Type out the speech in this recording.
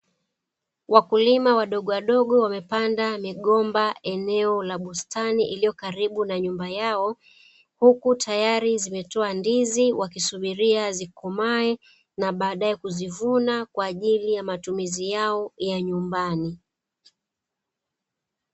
Wakulima wadogo wadogo wamepanda migomba eneo la bustani, iliyo karibu na nyumba yao, huku tayari zimetoa ndizi wakisubiria zikomae na baadae kuzivuna kwa ajili ya matumizi yao ya nyumbani.